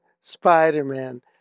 Spider-Man